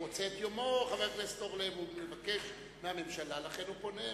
חבר הכנסת אורלב מבקש מהממשלה, ולכן הוא פונה,